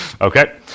okay